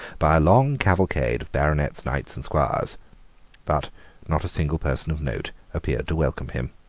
by a long cavalcade of baronets, knights and squires but not a single person of note appeared to welcome him.